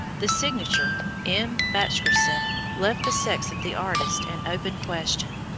the signature, m. bashkirtseff, left the sex of the artist an open question,